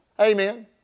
Amen